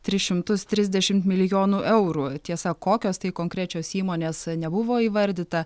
tris šimtus trisdešimt milijonų eurų tiesa kokios tai konkrečios įmonės nebuvo įvardyta